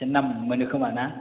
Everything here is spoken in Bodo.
एसे नाम मोनो खोमा ना